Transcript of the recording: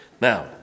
Now